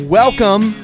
welcome